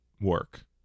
Work